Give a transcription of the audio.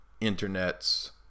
Internet's